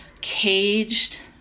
caged